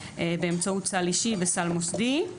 באמצעות סל אישי וסל מוסדי.